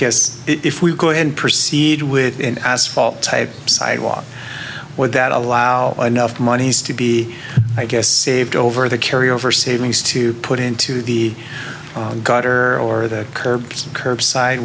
guess if we go ahead and proceed with an asphalt type sidewalk or that allow enough monies to be i guess saved over the carry over savings to put into the gutter or the curb curbside